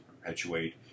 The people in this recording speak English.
perpetuate